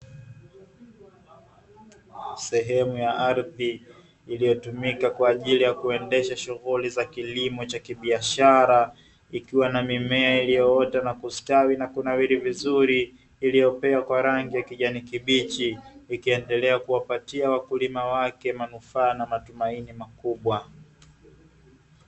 Sehemu ya ardhi iliyotumika kwa ajili ya kuendesha shughuli za kilimo cha kibiashara ikiwa na mimea iliyoota na kustawi na kunawiri vizuri iliyopea kwa rangi ya kijani kibichi, ikiendelea kuwapatia wakulima wake manufaa na matumaini makubwa.